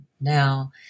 now